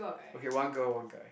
okay one girl one guy